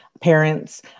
parents